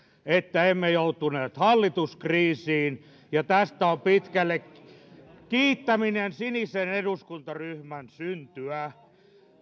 että emme joutuneet hallituskriisiin ja tästä on pitkälle kiittäminen sinisen eduskuntaryhmän syntyä